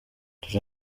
dore